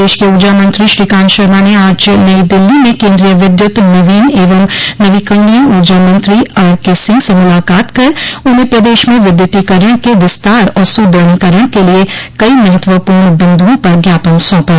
प्रदेश के ऊर्जा मंत्री श्रीकांत शर्मा ने आज नई दिल्ली में केन्द्रीय विद्युत नवीन एवं नवीकरणीय ऊर्जा मंत्री आरके सिंह से मुलाकात कर उन्हें प्रदेश में विद्युतीकरण के विस्तार और सुदृढ़ीकरण के लिए कई महत्वपूर्ण बिंदुओं पर ज्ञापन सौंपा